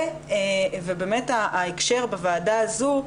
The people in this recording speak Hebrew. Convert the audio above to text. ובאמת ההקשר בוועדה הזו,